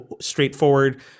straightforward